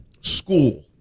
school